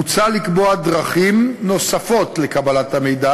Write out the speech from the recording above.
מוצע לקבוע דרכים נוספות לקבלתו,